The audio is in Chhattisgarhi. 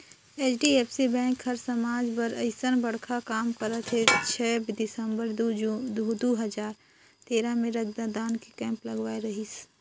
एच.डी.एफ.सी बेंक हर समाज बर अइसन बड़खा काम करत हे छै दिसंबर दू हजार तेरा मे रक्तदान के केम्प लगवाए रहीस